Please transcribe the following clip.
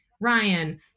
Ryan